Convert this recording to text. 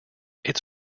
its